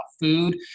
food